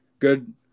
Good